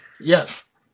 yes